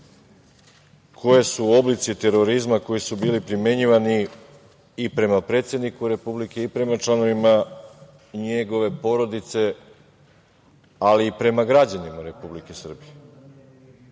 koji su oblici terorizma koji su bili primenjivani i prema predsedniku Republike i prema članovima njegove porodice, ali i prema građanima Republike Srbije,